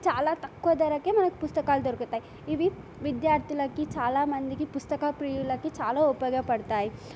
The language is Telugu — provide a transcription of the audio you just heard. చాలా తక్కువ ధరకే మనకు పుస్తకాలు దొరుకుతాయి ఇవి విద్యార్థులకి చాలామందికి పుస్తక ప్రియులకి చాలా ఉపయోగపడతాయి